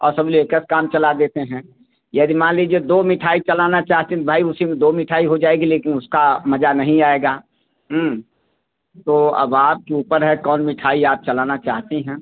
और सबले एकै पर काम चला देते हैं यदि मान लीजिए दो मिठाई चलाना चाहती हैं तो भाई उसी में दो मिठाई हो जाएगी लेकिन उसका मज़ा नहीं आएगा तो अब आपके ऊपर है कौन मिठाई आप चलाना चाहती हैं